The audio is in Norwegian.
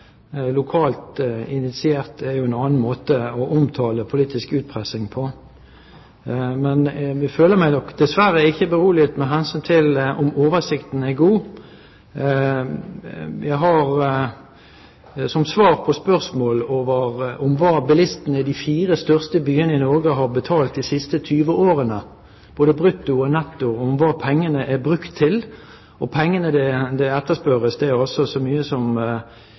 initiert» er jo en annen måte å omtale politisk utpressing på. Men jeg føler meg nok dessverre ikke beroliget med hensyn til om oversikten er god. Jeg har på spørsmål om hva bilistene i de fire største byene i Norge har betalt de siste 20 årene, både brutto og netto, om hva pengene er brukt til – pengene som etterspørres, er altså så mye som